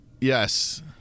Yes